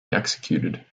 executed